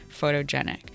photogenic